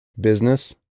Business